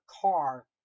car